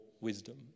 wisdom